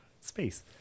space